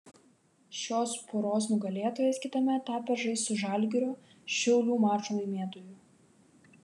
šios poros nugalėtojas kitame etape žais su žalgirio šiaulių mačo laimėtoju